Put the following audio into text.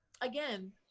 again